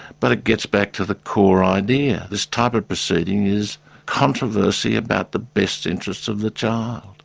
but it gets back to the core idea, this type of proceeding is controversy about the best interests of the child,